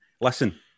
Listen